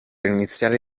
iniziare